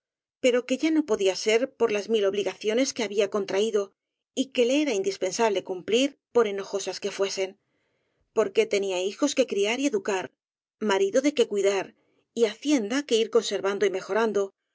pero que ya no podía ser por las mil obligaciones que había contraído y que le era indispensable cumplir por enojosas que fuesen porque tenía hijos que criar y educar marido de que cuidar y hacienda que ir conservando y mejorando